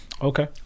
okay